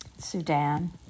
Sudan